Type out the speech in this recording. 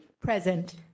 Present